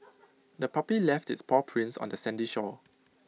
the puppy left its paw prints on the sandy shore